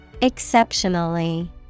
Exceptionally